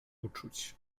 uczuć